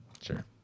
Sure